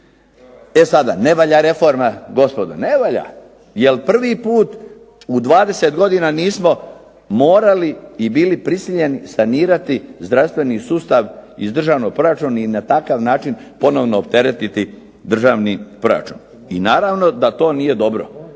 E sada, ne valja reforma. Gospodo ne valja, jer prvi put u 20 godina nismo morali i bili prisiljeni sanirati zdravstveni sustav iz državnog proračuna i na takav način ponovno opteretiti državni proračun i naravno da to nije dobro.